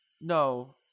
No